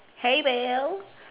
hey bill